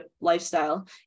lifestyle